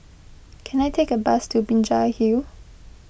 can I take a bus to Binjai Hill